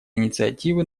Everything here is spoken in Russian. инициативы